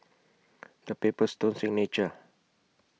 The Paper Stone Signature